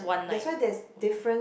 that's why there's difference